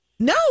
No